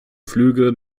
flüge